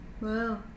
Wow